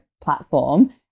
platform